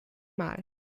mal